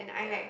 yeah